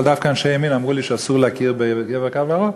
אבל דווקא אנשי ימין אמרו לי שאסור להכיר ב"מעבר לקו הירוק",